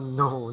no